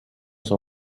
son